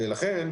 לכן,